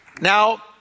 Now